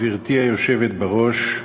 גברתי היושבת בראש,